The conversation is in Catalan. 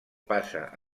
passa